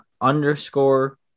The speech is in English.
underscore